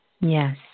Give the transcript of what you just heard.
Yes